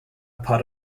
pot